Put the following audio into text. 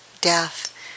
death